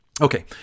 Okay